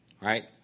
right